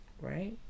right